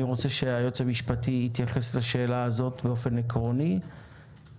אני רוצה שהיועץ המשפטי יתייחס לשאלה הזאת באופן עקרוני